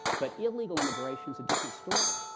but illegal immigration is a different story.